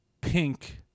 pink